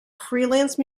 freelance